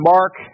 Mark